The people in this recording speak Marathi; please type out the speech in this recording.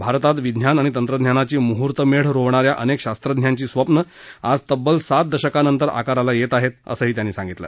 भारतात विज्ञान आणि तंत्रज्ञानाची मुहर्तमेढ रोवणाऱ्या अनेक शास्त्रज्ञांची स्वप्नं आज तब्बल सात दशकानंतर आकाराला येत आहेत असंही त्यांनी सांगतलं